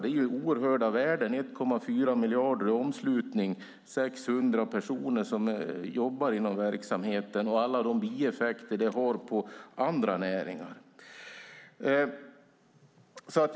Det handlar om oerhörda värden. Det är 1,4 miljarder i omslutning och 600 personer som jobbar inom verksamheten, med alla de bieffekter på andra näringar som finns.